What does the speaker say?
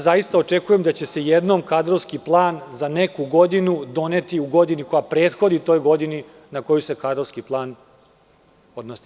Zaista očekujem da će se jednom kadrovski plan za neku godinu doneti u godini koja prethodi toj godini na koju se kadrovski plan odnosi.